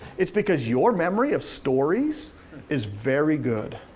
it's because your memory of stories is very good.